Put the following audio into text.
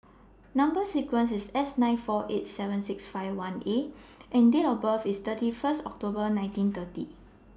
Number sequence IS S nine four eight seven six fifty one A and Date of birth IS thirty First October nineteen thirty